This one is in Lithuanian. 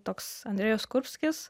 toks andrėjus kurbskis